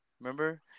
Remember